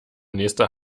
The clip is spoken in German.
nächster